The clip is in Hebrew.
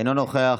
אינו נוכח,